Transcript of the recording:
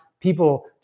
people